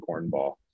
cornball